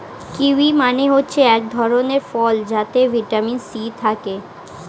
kiwi মানে হচ্ছে এক ধরণের ফল যাতে ভিটামিন সি থাকে